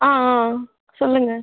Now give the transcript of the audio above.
ஆ ஆ சொல்லுங்கள்